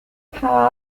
how